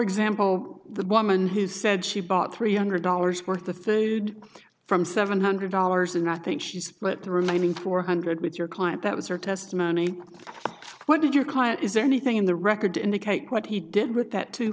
example the woman who said she bought three hundred dollars worth of food from seven hundred dollars and i think she split the remaining four hundred with your client that was her testimony what did your client is there anything in the record to indicate what he did with that two